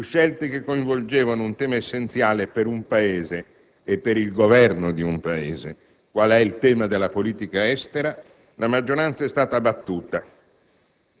su scelte che coinvolgevano un tema essenziale per un Paese e per il Governo di un Paese qual è il tema della politica estera, la maggioranza è stata battuta